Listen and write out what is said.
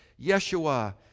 Yeshua